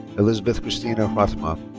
elizabeth kristina raatma.